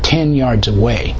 ten yards away